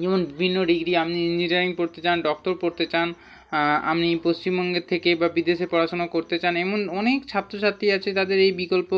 যেমন বিভিন্ন ডিগ্রি আপনি ইঞ্জিনিয়ারিং পড়তে চান ডক্টর পড়তে চান আপনি পশ্চিমবঙ্গে থেকে বা বিদেশে পড়াশোনা করতে চান এমন অনেক ছাত্র ছাত্রী আছে যাদের এই বিকল্প